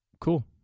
Cool